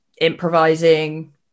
Improvising